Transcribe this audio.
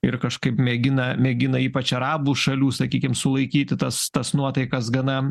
ir kažkaip mėgina mėgina ypač arabų šalių sakykim sulaikyti tas tas nuotaikas gana